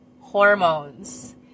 hormones